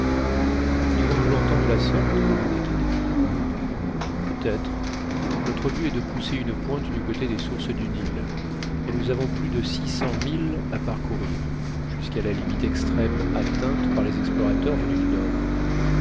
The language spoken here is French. irons-nous longtemps de la sorte demanda kennedy peut-être notre but est de pousser une pointe du côté des sources du nil et nous avons plus de six cents milles à parcourir jusqu'à la limite extrême atteinte par les explorateurs venus du nord